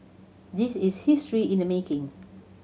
this is history in the making